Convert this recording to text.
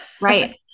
right